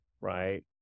right